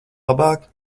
labāk